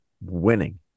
winning